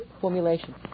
formulation